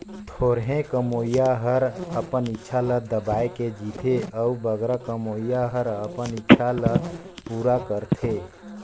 थोरहें कमोइया हर अपन इक्छा ल दबाए के जीथे अउ बगरा कमोइया हर अपन इक्छा ल पूरा करथे